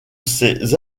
ces